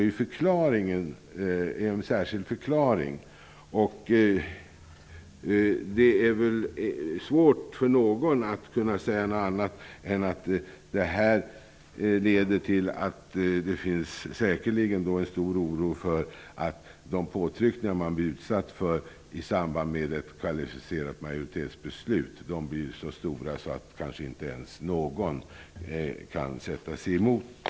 Denna särskilda förklaring finns. De påtryckningar som man blir utsatt för i samband med ett kvalificerat majoritetsbeslut kanske blir så stora att ingen kan sätta sig emot det. Säkerligen finns det en sådan oro.